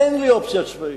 אין לי אופציה צבאית,